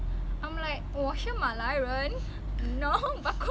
possessive ah